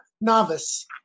novice